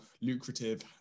lucrative